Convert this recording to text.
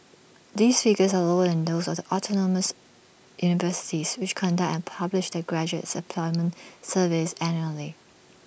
these figures are lower than those of the autonomous universities which conduct and publish their graduate employment surveys annually